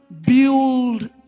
build